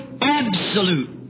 absolute